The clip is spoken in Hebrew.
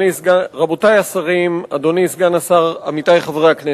רבותי השרים, אדוני סגן השר, עמיתי חברי הכנסת,